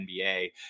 NBA